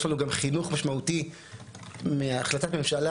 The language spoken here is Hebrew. יש לנו גם חינוך משמעותי מהחלטת ממשלה